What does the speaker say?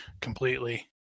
completely